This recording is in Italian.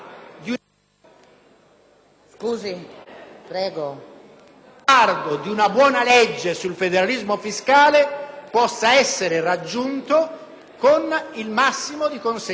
il traguardo di una buona legge sul federalismo fiscale possa essere raggiunto con il massimo di consenso possibile.